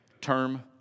term